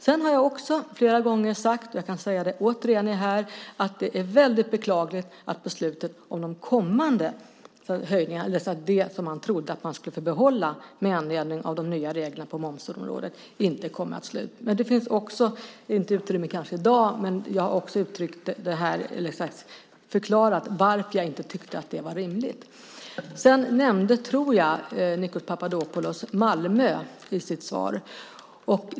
Sedan har jag också flera gånger sagt, och jag kan återigen säga det här, att beslutet om de kommande höjningarna är väldigt beklagligt, alltså när det gäller det som man trodde att man skulle få behålla, med anledning av att de nya reglerna på momsområdet inte kommer att träda i kraft. Det kanske inte finns utrymme för detta i dag, men jag har också förklarat varför jag inte tyckte att det var rimligt. Jag tror att Nikos Papadopoulos också nämnde Malmö.